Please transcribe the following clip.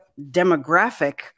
demographic